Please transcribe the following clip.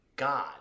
god